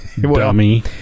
dummy